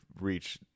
reach